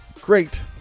great